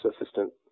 assistant